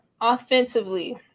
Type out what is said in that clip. offensively